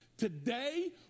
Today